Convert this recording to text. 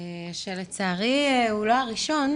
שלצערי הוא לא הראשון,